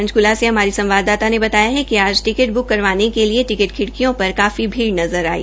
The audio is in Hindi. पंचकूला से हमारी संवाददाता ने बताया कि आज टिकट ब्रुक करवाने के लिए टिकेट खिड़क्रियों पर काफी भीड़ नज़र आई